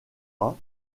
des